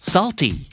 Salty